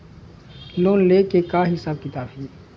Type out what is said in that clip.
Loan ले के का हिसाब किताब हे?